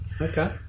Okay